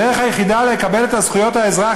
הדרך היחידה שלהם לקבל את זכויות האזרח